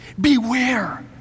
Beware